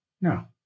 No